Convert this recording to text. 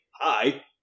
Hi